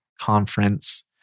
conference